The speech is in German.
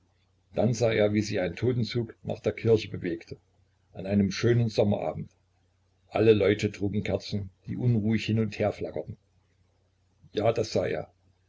dann sah er wie sich ein totenzug nach der kirche bewegte an einem schönen sommer abend alle leute trugen kerzen die unruhig hin und herflackerten ja das sah er